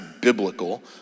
biblical